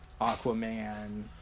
Aquaman